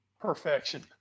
perfection